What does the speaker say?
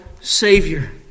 Savior